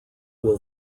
will